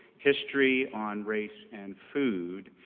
history on race and food.